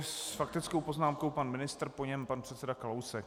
S faktickou poznámkou pan ministr, po něm pan předseda Kalousek.